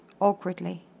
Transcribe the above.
awkwardly